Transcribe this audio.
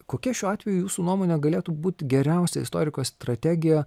kokia šiuo atveju jūsų nuomone galėtų būt geriausia istoriko strategija